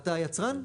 אתה היצרן,